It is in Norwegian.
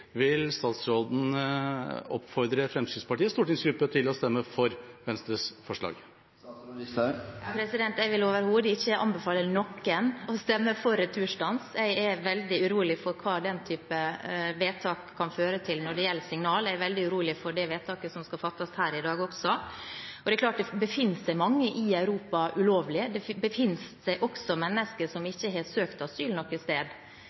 vil statsråden oppfordre Fremskrittspartiets stortingsgruppe til å stemme for Venstres forslag? Jeg vil overhodet ikke anbefale noen å stemme for returstans. Jeg er veldig urolig for hva den type vedtak kan føre til når det gjelder signaler. Jeg er også veldig urolig for det vedtaket som skal fattes her i dag. Det er klart at det finnes mange i Europa ulovlig. Det finnes også mennesker som ikke har søkt asyl noe sted,